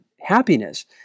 happiness